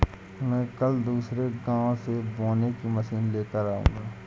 मैं कल दूसरे गांव से बोने की मशीन लेकर आऊंगा